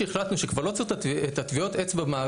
פה אין איסור בחוק על טביעת אצבע,